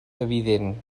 evident